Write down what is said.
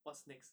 what's next